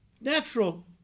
natural